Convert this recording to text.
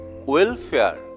Welfare